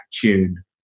Tune